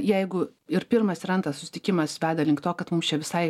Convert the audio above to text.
jeigu ir pirmas ir antras susitikimas veda link to kad mums čia visai